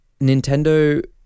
nintendo